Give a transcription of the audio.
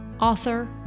author